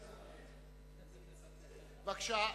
בבקשה.